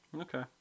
okay